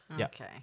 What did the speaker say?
Okay